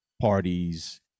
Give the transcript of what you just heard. parties